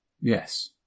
Yes